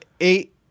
eight